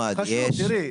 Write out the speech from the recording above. נקודה.